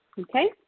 Okay